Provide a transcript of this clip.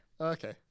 Okay